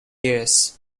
years